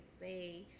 say